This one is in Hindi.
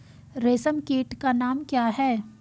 रेशम कीट का नाम क्या है?